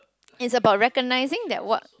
is about recognizing that what